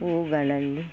ಹೂಗಳಲ್ಲಿ